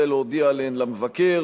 יהיה צורך להודיע עליהן למבקר.